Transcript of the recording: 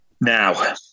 Now